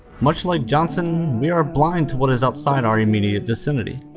much like johnson we are blind to what is outside our immediate vicinity.